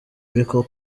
ariko